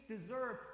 deserve